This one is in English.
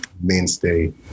mainstay